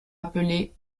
appelé